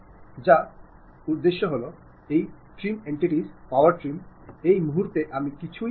അതിനാൽ ഈ മൊഡ്യൂളിൽ ഫലപ്രദമായ ആശയവിനിമയത്തിന്റെ പ്രാധാന്യം നമ്മൾ പഠിച്ചു